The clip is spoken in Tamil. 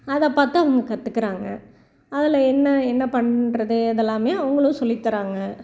அதை பார்த்து அவங்க கற்றுக்கறாங்க அதில் என்ன என்ன பண்ணுறது இதெல்லாமே அவங்களும் சொல்லி தராங்க